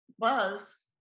buzz